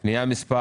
מי בעד פנייה מס'